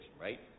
right